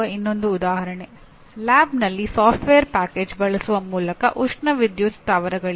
ನಾಲ್ಕನೆಯ ತರಗತಿಯ ವಿದ್ಯಾರ್ಥಿಗೆ ಡಿಜಿಟಲ್ ಎಲೆಕ್ಟ್ರಾನಿಕ್ಸ್ ಕುರಿತು ನನ್ನ ಪಠ್ಯಕ್ರಮವನ್ನು ಕಲಿಸಲು ಸಾಧ್ಯವಿಲ್ಲ